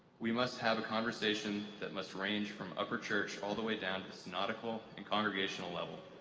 we must have a conversation that must range from upper church all the way down to the synodical and congregational level.